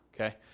okay